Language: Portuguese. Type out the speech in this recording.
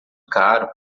caro